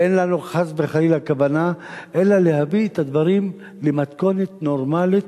ואין לנו חס וחלילה כוונה אלא להביא את הדברים למתכונת נורמלית,